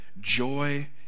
joy